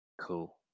Cool